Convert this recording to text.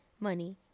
Money